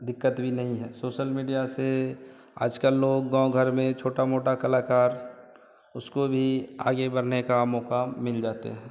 दिक़्क़त भी नहीं है सोसल मीडिया से आज कल लोग गाँव घर में छोटा मोटा कलाकार उसको भी आगे बढ़ने का मौक़ा मिल जाते हैं